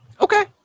Okay